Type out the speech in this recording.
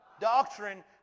Doctrine